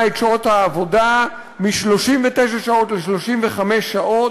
את מספר שעות העבודה מ-39 שעות ל-35 שעות,